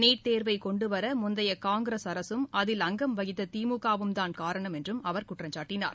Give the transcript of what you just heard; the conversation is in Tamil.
நீட் தேர்வை கொண்டுவர முந்தைய காங்கிரஸ் அரசும் அதில் அங்கம் வகித்த திமுக வும்தான் காரணம் என்றும் அவர் குற்றம்சாட்டினார்